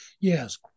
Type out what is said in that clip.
yes